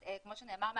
אני לא אומרת שאין,